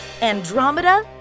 Andromeda